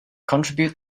contribute